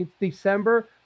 December